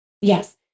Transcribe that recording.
yes